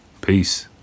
peace